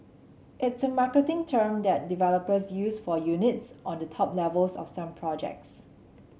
it's a marketing term that developers use for units on the top levels of some projects